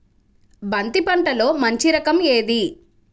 బంతి పంటలో మంచి రకం ఏది?